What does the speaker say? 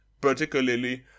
particularly